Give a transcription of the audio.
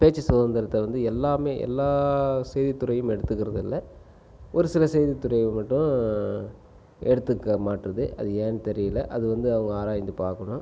பேச்சு சுதந்திரத்தை வந்து எல்லாமே எல்லா செய்தித்துறையும் எடுத்துக்கிறது இல்லை ஒரு சில செய்தித்துறை மட்டும் எடுத்துக்க மாட்டுது அது ஏன்னென்னு தெரியலை அது வந்து அவங்க ஆராய்ந்து பார்க்கணும்